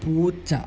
പൂച്ച